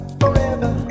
forever